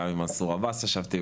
גם עם מנסור עבאס ישבתי,